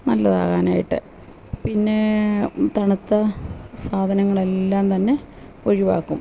നല്ലതാകാനായിട്ട് പിന്നേ തണുത്ത സാധനങ്ങൾ എല്ലാം തന്നെ ഒഴിവാക്കും